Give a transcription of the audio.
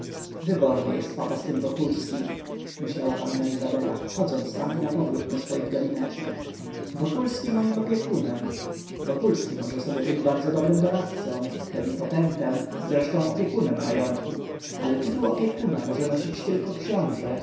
wyborny jest papa z tym wokulskim myślała panna izabela chodząc tam i napowrót po swoim gabinecie wokulski moim opiekunem wokulski może być bardzo dobrym doradcą plenipotentem zresztą opiekunem majątku ale tytuł opiekuna może nosić tylko książe